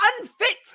unfit